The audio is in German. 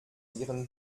ihren